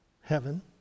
heaven